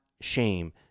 shame